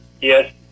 Yes